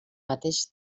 mateix